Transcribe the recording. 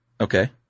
Okay